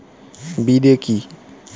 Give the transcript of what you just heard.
বিদে কি?